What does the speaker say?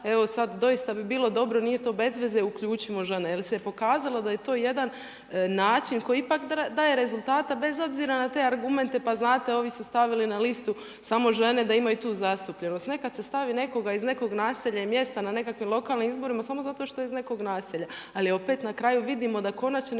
evo sada doista bi bilo dobro, nije to bezveze, uključimo žene. Jer se je pokazalo da je to jedan način koji ipak daje rezultata bez obzira na te argumente, pa znate ovi su stavili na listu samo žene da imaju i tu zastupljenost. Nekada se stavi nekoga iz nekog naselja i mjesta na nekakvim lokalnim izborima samo zato što je iz nekog naselja. Ali opet na kraju vidimo da konačni